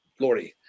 Lordy